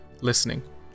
listening